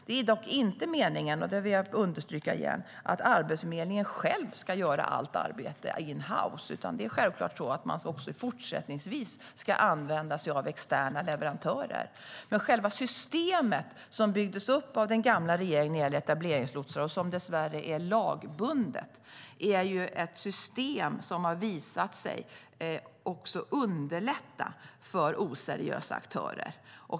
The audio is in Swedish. Jag vill dock understryka igen att det inte är meningen att Arbetsförmedlingen själv ska göra allt arbete in-house. Det är självklart att man också fortsättningsvis ska använda sig av externa leverantörer. Men själva systemet som byggdes upp av den gamla regeringen när det gäller etableringslotsar, och som dessvärre är lagbundet, är ett system som har visat sig underlätta för oseriösa aktörer.